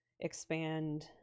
expand